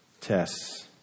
tests